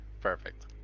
Perfect